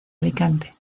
alicante